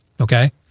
okay